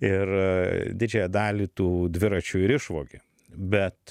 ir didžiąją dalį tų dviračių ir išvogė bet